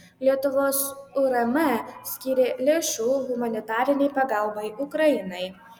lietuvos urm skyrė lėšų humanitarinei pagalbai ukrainai